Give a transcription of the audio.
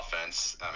offense